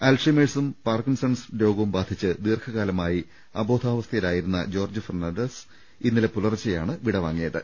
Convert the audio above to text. അൽഷിമേഴ്സും Parkinson's രോഗവും ബാധിച്ച് ദീർഘകാലമായി അബോധാവസ്ഥ യിലായിരുന്ന ജോർജ് ഫെർണാണ്ടസ് ഇന്നലെ പുലർച്ചെയാണ് വിടവാങ്ങിയത്